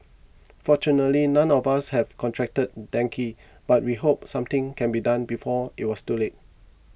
fortunately none of us have contracted dengue but we hope something can be done before it was too late